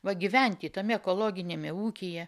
va gyventi tame ekologiniame ūkyje